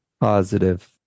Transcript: positive